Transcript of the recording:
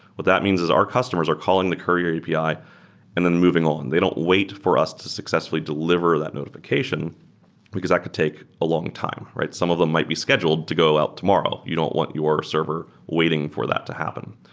what that means is our customers are calling the courier api and then moving on. they don't wait for us to successfully deliver that notifi cation because that could take a long time. some of them might be scheduled to go out tomorrow. you don't want your server waiting for that to happen.